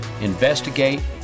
Investigate